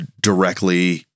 directly